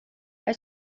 hij